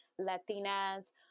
Latinas